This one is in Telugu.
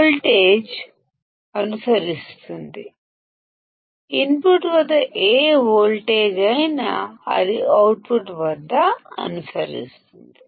వోల్టేజ్ అనుసరిస్తుంది ఇన్పుట్ వద్ద ఏ వోల్టేజ్ వున్నా దాన్ని అవుట్పుట్ వద్ద అనుసరిస్తుంది